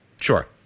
Sure